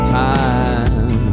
time